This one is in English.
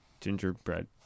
Gingerbread